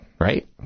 right